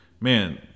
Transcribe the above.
man –